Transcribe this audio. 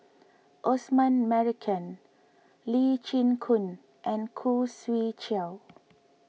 Osman Merican Lee Chin Koon and Khoo Swee Chiow